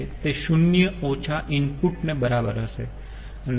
તે શૂન્ય ઓછા ઈનપુટ ને બરાબર હશે